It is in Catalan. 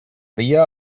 dia